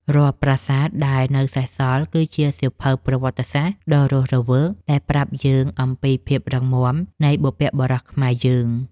រាល់ប្រាសាទដែលនៅសេសសល់គឺជាសៀវភៅប្រវត្តិសាស្ត្រដ៏រស់រវើកដែលប្រាប់យើងអំពីភាពរឹងមាំនៃបុព្វបុរសខ្មែរយើង។